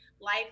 life